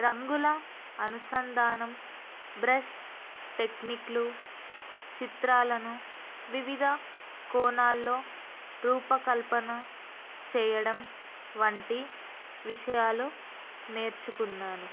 రంగుల అనుసంధానం బ్రష్ టెక్నిక్లు చిత్రాలను వివిధ కోణాల్లో రూపకల్పన చెయ్యడం వంటి విషయాలు నేర్చుకున్నాను